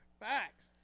Facts